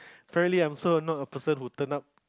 apparently I'm so not a person who turned up